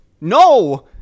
No